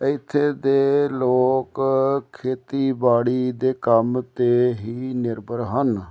ਇੱਥੇ ਦੇ ਲੋਕ ਖੇਤੀਬਾੜੀ ਦੇ ਕੰਮ 'ਤੇ ਹੀ ਨਿਰਭਰ ਹਨ